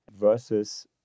versus